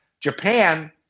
Japan